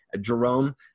Jerome